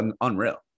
unreal